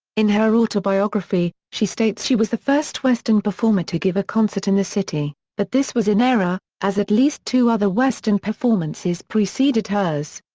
in her autobiography, she states she was the first western performer to give a concert in the city, but this was in error, as at least two other western performances preceded hers.